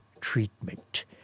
treatment